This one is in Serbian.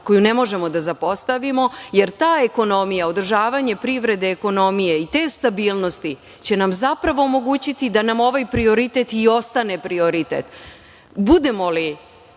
koju ne možemo da zapostavimo, jer ta ekonomija održavanje privrede ekonomije i te stabilnosti, će nam zapravo omogućiti da nam ovaj prioritet i ostane prioritet. Budemo li